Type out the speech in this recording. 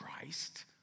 Christ